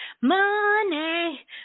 money